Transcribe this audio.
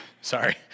sorry